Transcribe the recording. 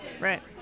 Right